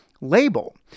label